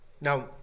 Now